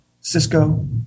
Cisco